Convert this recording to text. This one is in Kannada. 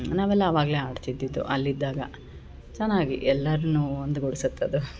ನಾವೆಲ್ಲ ಆವಾಗಲೇ ಆಡ್ತಿದ್ದಿದ್ದು ಅಲ್ಲಿದ್ದಾಗ ಚೆನ್ನಾಗಿ ಎಲ್ಲಾರು ಒಂದು ಗೂಡ್ಸತ್ತೆ ಅದು